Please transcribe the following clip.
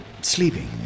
Sleeping